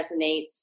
resonates